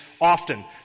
often